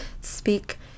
speak